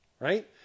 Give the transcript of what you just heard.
right